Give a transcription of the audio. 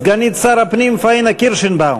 סגנית שר הפנים פאינה קירשנבאום,